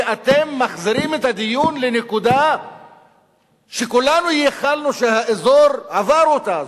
כי אתם מחזירים את הדיון לנקודה שכולנו ייחלנו שהאזור עבר אותה.